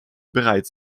bereits